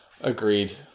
agreed